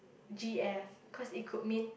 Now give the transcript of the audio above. G_F cause it could mean